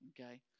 Okay